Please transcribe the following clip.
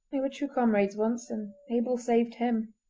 they were true comrades once, and abel saved him